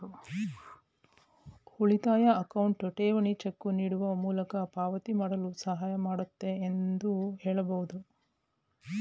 ಉಳಿತಾಯ ಅಕೌಂಟ್ ಠೇವಣಿ ಚೆಕ್ ನೀಡುವ ಮೂಲಕ ಪಾವತಿ ಮಾಡಲು ಸಹಾಯ ಮಾಡುತ್ತೆ ಎಂದು ಹೇಳಬಹುದು